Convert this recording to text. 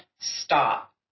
stop